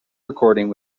recording